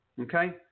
Okay